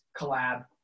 collab